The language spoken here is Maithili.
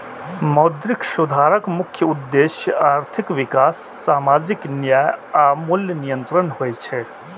मौद्रिक सुधारक मुख्य उद्देश्य आर्थिक विकास, सामाजिक न्याय आ मूल्य नियंत्रण होइ छै